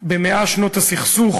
ב-100 שנות הסכסוך,